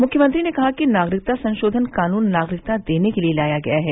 मुख्यमंत्री ने कहा कि नागरिकता संशोधन कानून नागरिकता देने के लिए लाया गया है